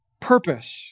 purpose